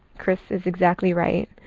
chris is exactly right.